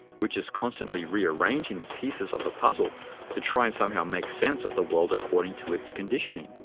which is constantly rearranging the pieces of the puzzle to try and somehow make sense of the world according to its conditioning.